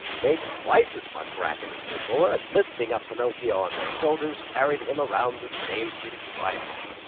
made twice as much racket as before, and, lifting up pinocchio on their shoulders, carried him around the stage in triumph.